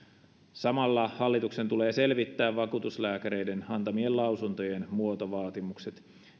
samalla hallituksen tulee selvittää vakuutuslääkäreiden antamien lausuntojen muotovaatimukset